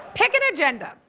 pick an agenda.